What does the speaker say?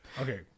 Okay